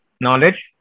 knowledge